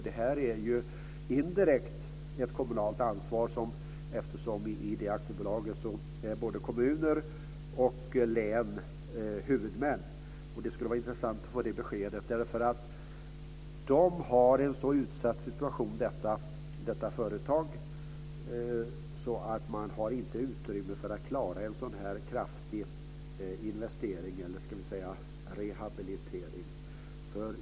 Det här är ju indirekt ett kommunalt ansvar, eftersom både kommuner och län är huvudmän i det här aktiebolaget. Det skulle vara intressant att få det beskedet därför att detta företag har en så utsatt situation att man inte har utrymme för en sådan här kraftig investering. Eller ska vi säga rehabilitering?